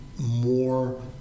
more